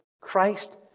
Christ